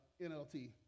NLT